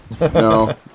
No